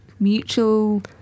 Mutual